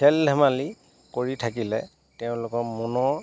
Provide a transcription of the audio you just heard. খেল ধেমালি কৰি থাকিলে তেওঁলোকৰ মনৰ